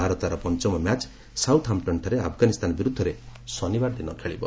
ଭାରତ ତାର ପଞ୍ଚମ ମ୍ୟାଚ୍ ସାଉଥ୍ହାମଟନ୍ଠାରେ ଆଫ୍ଗାନିସ୍ତାନ ବିରୁଦ୍ଧରେ ଶନିବାର ଦିନ ଖେଳିବ